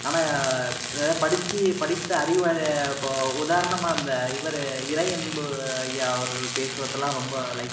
ஆனால் படிச்சு படித்த அறிவால் இப்போது உதாரணமாக இந்த இவர் இறையன்பு ஐயா அவர்கள் பேசுவதெலாம் ரொம்ப லைக்